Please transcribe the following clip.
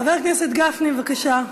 חבר הכנסת גפני, בבקשה.